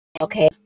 okay